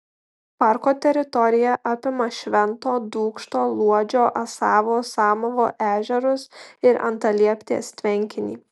parko teritorija apima švento dūkšto luodžio asavo samavo ežerus ir antalieptės tvenkinį